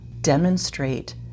demonstrate